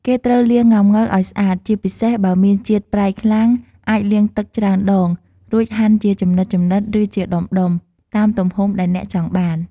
គេត្រូវលាងងុាំង៉ូវឲ្យស្អាត ជាពិសេសបើមានជាតិប្រៃខ្លាំង អាចលាងទឹកច្រើនដង រួចហាន់ជាចំណិតៗ ឬជាដុំៗ តាមទំហំដែលអ្នកចង់បាន។